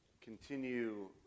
continue